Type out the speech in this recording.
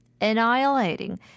annihilating